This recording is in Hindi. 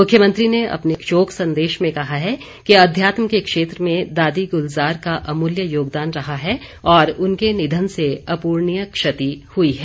मुख्यमंत्री ने अपने शोक संदेश में कहा है कि अध्यात्म के क्षेत्र में दादी गुलजार का अमूल्य योगदान रहा है और उनके निधन से अपूर्णीय क्षति हुई है